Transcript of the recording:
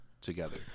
together